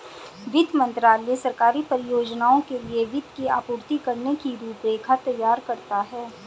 वित्त मंत्रालय सरकारी परियोजनाओं के लिए वित्त की आपूर्ति करने की रूपरेखा तैयार करता है